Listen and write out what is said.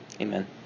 Amen